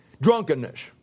drunkenness